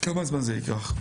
כמה זמן זה ייקח?